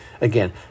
again